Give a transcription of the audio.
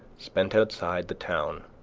spent outside the town,